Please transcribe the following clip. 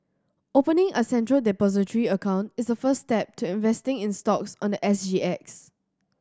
opening a Central Depository account is the first step to investing in stocks on the S G X